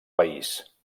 país